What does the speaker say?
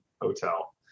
hotel